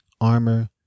armor